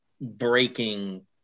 breaking